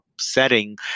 setting